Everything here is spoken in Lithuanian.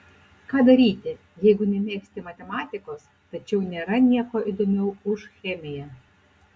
ką daryti jeigu nemėgsti matematikos tačiau nėra nieko įdomiau už chemiją